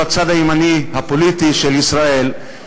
שהוא הצד הימני הפוליטי של ישראל,